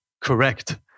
correct